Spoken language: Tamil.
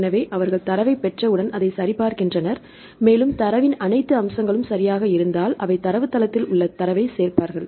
எனவே அவர்கள் தரவைப் பெற்றவுடன் அதை சரிபார்க்கின்றனர் மேலும் தரவின் அனைத்து அம்சங்களும் சரியாக இருந்தால் அவை தரவுத்தளத்தில் உங்கள் தரவைச் சேர்ப்பார்கள்